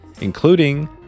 including